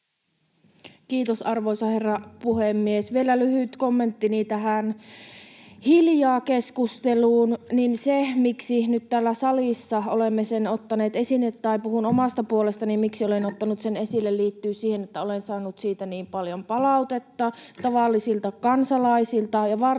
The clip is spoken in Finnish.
Kiitos, arvoisa herra puhemies! Vielä lyhyt kommenttini tähän hiljaa-keskusteluun. Miksi nyt täällä salissa olemme sen ottaneet esiin, tai puhun omasta puolestani, miksi olen ottanut sen esille, se liittyy siihen, että olen saanut siitä niin paljon palautetta tavallisilta kansalaisilta ja varsinkin